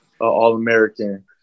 All-American